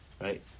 right